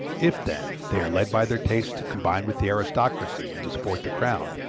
if, then, they are led by their tastes to combine with the aristocracy and to support the crown,